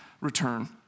return